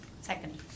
Second